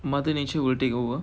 mother nature will take over